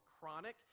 chronic